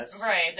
Right